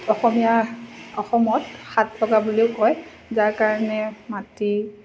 অসমীয়া অসমত সাত লগা বুলিও কয় যাৰ কাৰণে মাটি